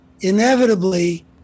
inevitably